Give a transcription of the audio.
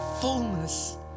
fullness